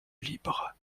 libre